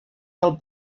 del